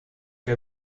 que